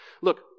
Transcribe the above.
Look